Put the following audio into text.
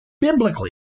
biblically